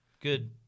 good